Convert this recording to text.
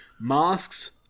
Masks